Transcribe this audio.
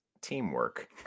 teamwork